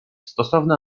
stosowna